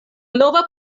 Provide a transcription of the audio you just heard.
nova